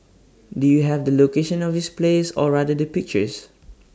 do you have the location of this place or rather the pictures